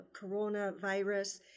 coronavirus